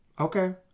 Okay